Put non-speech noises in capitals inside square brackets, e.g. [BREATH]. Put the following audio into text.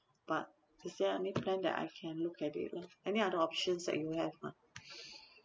but is there any [NOISE] plan that I can look at it loh any other options that you have ah [BREATH]